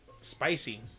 Spicy